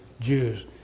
Jews